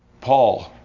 Paul